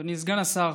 אדוני סגן השר,